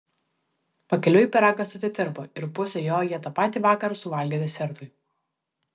pakeliui pyragas atitirpo ir pusę jo jie tą patį vakarą suvalgė desertui